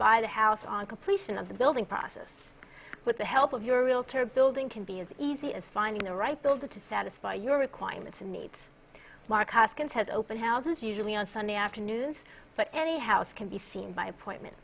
buy the house on completion of the building process with the help of your realtor building can be as easy as finding the right bill to satisfy your requirements and needs mark hoskins has open houses usually on sunday afternoons but any house can be seen by appointment